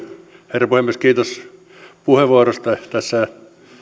herra puhemies kiitos puheenvuorosta tässä